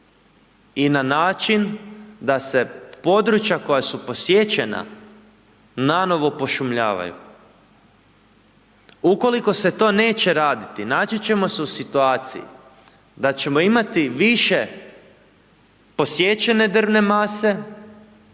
i na način da se područja posječena nanovo pošumljavaju. Ukoliko se to neće raditi naći ćemo se u situaciji da ćemo imati više posječene drvne mase,